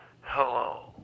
Hello